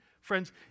Friends